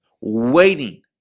Waiting